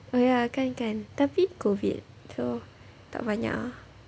oh ya kan kan tapi COVID so tak banyak ah